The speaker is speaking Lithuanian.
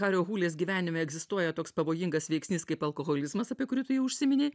hario hulės gyvenime egzistuoja toks pavojingas veiksnys kaip alkoholizmas apie kurį tu jau užsiminei